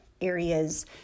areas